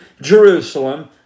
Jerusalem